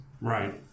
Right